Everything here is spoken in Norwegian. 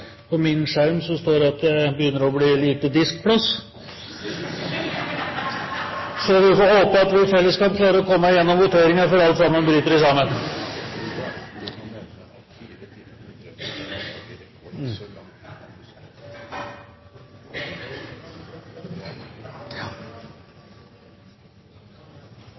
min skjerm står det at det begynner å bli lite diskplass. Vi får håpe at vi i fellesskap klarer å komme igjennom voteringen før alt bryter sammen.